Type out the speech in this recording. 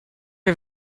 her